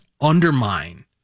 undermine